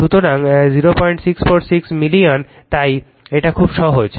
সুতরাং 0646 মিলিয়ন তাই এটা খুব সহজ